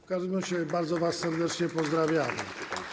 W każdym razie bardzo was serdecznie pozdrawiamy.